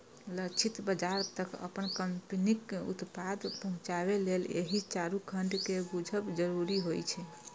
लक्षित बाजार तक अपन कंपनीक उत्पाद पहुंचाबे लेल एहि चारू खंड कें बूझब जरूरी होइ छै